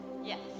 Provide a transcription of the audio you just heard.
yes